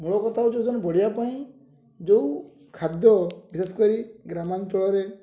ମୂଳ କଥା ଓଜନ ବଢ଼ିବା ପାଇଁ ଯେଉଁ ଖାଦ୍ୟ ବିଶେଷ କରି ଗ୍ରାମାଞ୍ଚଳରେ